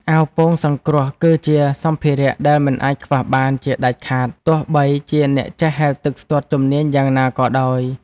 អាវពោងសង្គ្រោះ គឺជាសម្ភារៈដែលមិនអាចខ្វះបានជាដាច់ខាត ទោះបីជាអ្នកចេះហែលទឹកស្ទាត់ជំនាញយ៉ាងណាក៏ដោយ។